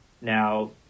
Now